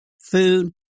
food